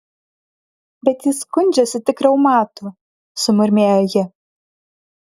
bet jis skundžiasi tik reumatu sumurmėjo ji